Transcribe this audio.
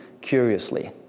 curiously